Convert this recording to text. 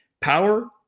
Power